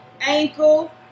Ankle